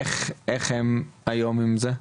איך הם היום עם זה?